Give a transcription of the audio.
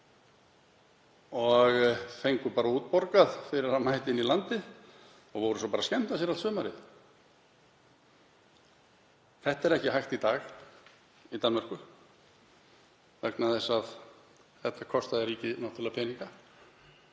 og fengu útborgað fyrir að mæta inn í landið og voru svo bara að skemmta sér allt sumarið. Það er ekki hægt í dag í Danmörku vegna þess að þetta kostaði ríkið náttúrlega peninga